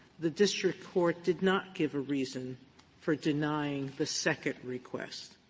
the district court did not give a reason for denying the second request.